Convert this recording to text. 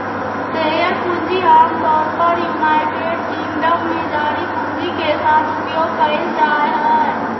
share पूंजी आमतौर पर यूनाइटेड किंगडम में जारी पूंजी के साथ उपयोग कइल जाय हइ